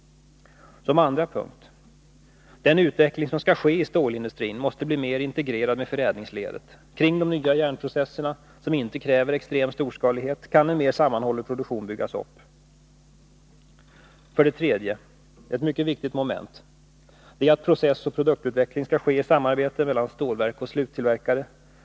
Den andra huvudlinjen är att den utveckling som skall ske i stålindustrin måste bli mer integrerad med förädlingsledet. Kring de nya järnprocesserna, som inte kräver extrem storskalighet, kan en mer sammanhållen produktion byggas upp. En tredje men en mycket viktig huvudlinje är att processoch produktutveckling sker i samarbete mellan stålverk och sluttillverkare.